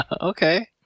Okay